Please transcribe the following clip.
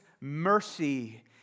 mercy